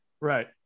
Right